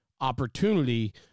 opportunity